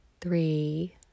three